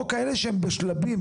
או כאלה שהם בשלבים,